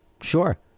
Sure